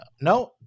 No